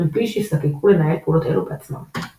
מבלי שיזדקקו לנהל פעולות אלו בעצמם.